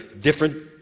different